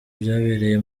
byabereye